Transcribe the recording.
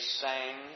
sang